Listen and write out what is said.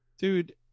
dude